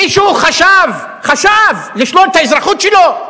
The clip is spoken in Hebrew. מישהו חשב, חשב, לשלול את האזרחות שלו?